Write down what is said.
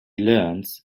learns